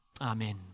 Amen